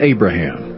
Abraham